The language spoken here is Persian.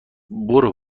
برو